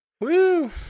Woo